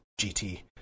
GT